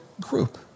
group